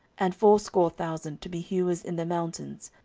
and fourscore thousand to be hewers in the mountain,